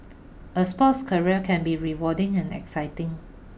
a sports career can be rewarding and exciting